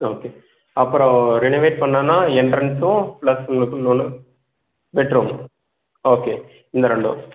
okay அப்புறம் renovate பண்ணனுன்னா என்ரென்ஸும் பிளஸ் உங்களுக்கு பெட்ரூம் ஓகே இந்த ரெண்டும்